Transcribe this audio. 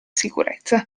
sicurezza